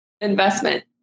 investment